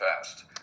fast